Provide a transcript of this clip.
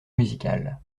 musicale